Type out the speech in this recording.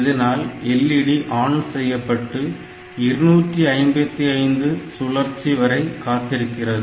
இதனால் LED on செய்யப்பட்டு 255 சுழற்சி வரை காத்திருக்கிறது